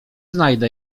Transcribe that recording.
znajdę